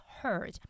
heard